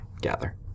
gather